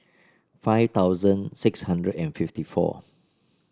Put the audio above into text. five thousand six hundred and fifty four